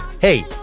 hey